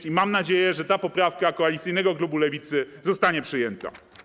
I mam nadzieję, że ta poprawka koalicyjnego klubu Lewicy zostanie przyjęta.